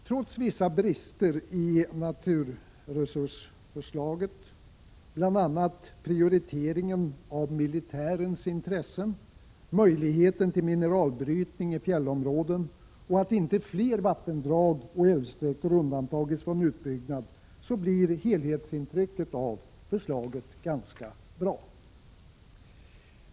Trots vissa brister i NRL-förslaget, bl.a. prioriteringen av militärens intressen, möjligheten till mineralbrytning i fjällområden och att inte fler vattendrag och älvsträckor undantagits från utbyggnad, blir helhetsintrycket av förslaget ganska bra.